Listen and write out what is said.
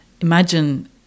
imagine